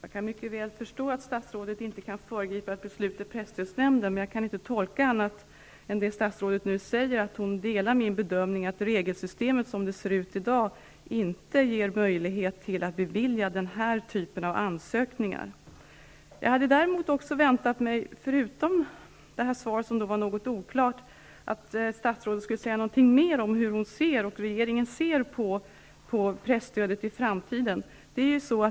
Herr talman! Jag kan mycket väl förstå att statsrådet inte kan föregripa ett beslut i presstödsnämnden, men jag kan inte tolka det statsrådet nu säger på annat sätt än att hon delar min uppfattning, att regelsystemet sådant som det ser ut i dag inte gör det möjligt att bifalla den här typen av ansökningar. Jag hade däremot förväntat mig, förutom ett svar som nu var något oklart, att statsrådet skulle säga något mer om hur hon och regeringen ser på presstödet i framtiden.